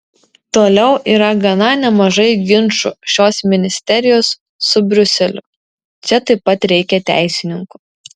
toliau yra gana nemažai ginčų šios ministerijos su briuseliu čia taip pat reikia teisininkų